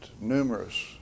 numerous